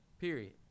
Period